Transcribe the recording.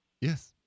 Yes